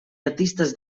artistes